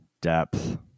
depth